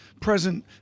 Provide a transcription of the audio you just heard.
present